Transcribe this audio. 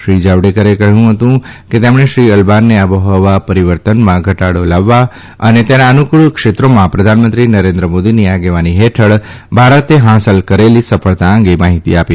શ્રી જાવડેકરે જણાવ્યું હતું કે તેમણે શ્રી અલ્બાને આબોહવા પરીવર્તનમાં ઘટાડો લાવવા અને તેના અનુકુળ ક્ષેત્રોમાં પ્રધાનમંત્રી નરેન્દ્ર મોદીની આગેવાની હેઠળ ભારતે હાંસલ કરેલી સફળતા અંગે માહિતી આપી